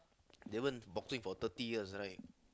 Davon boxing for thirty years right